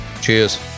Cheers